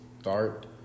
start